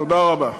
תודה רבה.